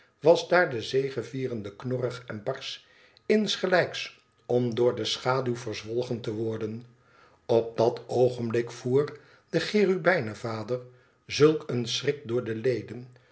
was daar de zegevierende knorrig en barsch insgelijks om door de schaduw verzwolgen te worden op dat oogenblik voer den cherubijnen vader zulk een schrik door de leden